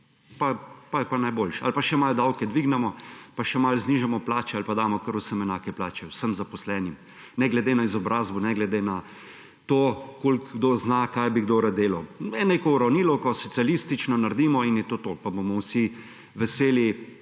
je pa najboljše. Ali pa še malo davke dvignemo pa še malo znižamo plače ali pa damo kar vsem enake plače, vsem zaposlenim ne glede na izobrazbo, ne glede na to, koliko kdo zna, kaj bi kdo rad delal. Neko socialistično uravnilovko naredimo in je to to pa bomo vsi veseli